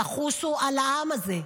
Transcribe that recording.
תחוסו על העם הזה.